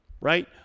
right